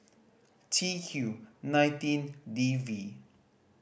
T Q nineteen D V